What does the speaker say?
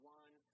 one